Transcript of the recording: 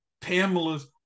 Pamela's